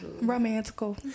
romantical